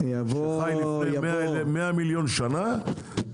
שחי 100 מיליון שנה.